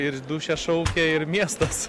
ir dūšia šaukia ir miestas